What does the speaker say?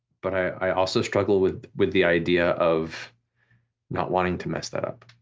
but i also struggle with with the idea of not wanting to mess that up.